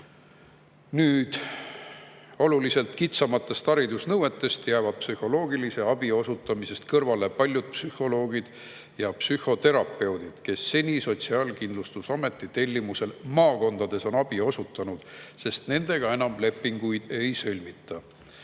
Oluliselt kitsamate haridusnõuete tõttu jäävad nüüd psühholoogilise abi osutamisest kõrvale paljud psühholoogid ja psühhoterapeudid, kes seni Sotsiaalkindlustusameti tellimusel maakondades on abi osutanud. Nendega enam lepinguid ei sõlmita. Seetõttu